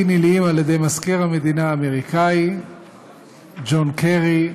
נלאים על-ידי מזכיר המדינה האמריקני ג'ון קרי,